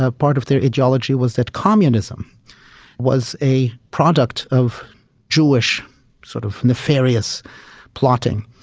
ah part of their ideology was that communism was a product of jewish sort of nefarious plotting,